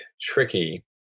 tricky